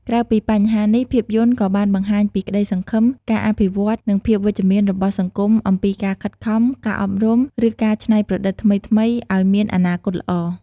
ក្រៅពីបញ្ហានេះភាពយន្តក៏បានបង្ហាញពីក្តីសង្ឃឹម ការអភិវឌ្ឍន៍ និងភាពវិជ្ជមានរបស់សង្គមអំពីការខិតខំ ការអប់រំ ឬការច្នៃប្រឌិតថ្មីៗ អោយមានអនាគតល្អ ។